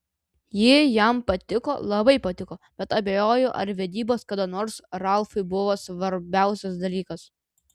ji jam patiko labai patiko bet abejoju ar vedybos kada nors ralfui buvo svarbiausias dalykas